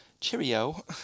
Cheerio